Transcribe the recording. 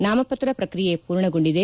ನಾಮಪತ್ರ ಪ್ರಕ್ರಿಯೆ ಪೂರ್ಣಗೊಂಡಿದೆ